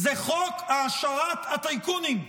זה "חוק העשרת הטייקונים"